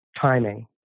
timing